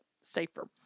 safer